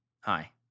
Hi